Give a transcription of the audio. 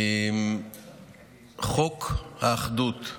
חוק האחדות.